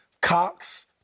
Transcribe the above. Cox